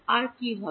আর কি হবে